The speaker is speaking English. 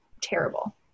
terrible